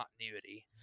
continuity